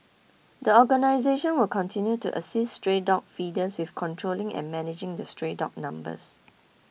the organisation will continue to assist stray dog feeders with controlling and managing the stray dog numbers